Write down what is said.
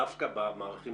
דווקא במערכים